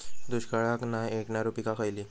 दुष्काळाक नाय ऐकणार्यो पीका खयली?